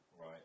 Right